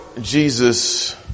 Jesus